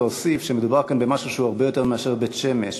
להוסיף שמדובר כאן במשהו שהוא הרבה יותר מאשר בית-שמש,